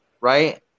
right